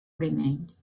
remained